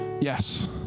Yes